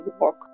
walk